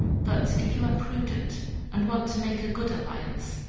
but if you are prudent and want to make a good alliance,